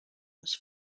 was